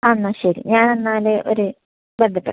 ആ എന്നാൽ ശരി ഞാൻ എന്നാല് ഒര് തരാം